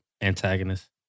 antagonist